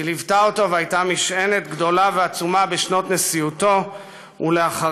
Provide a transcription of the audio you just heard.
שליוותה אותו והייתה משענת גדולה ועצומה בשנות נשיאותו ולאחריה.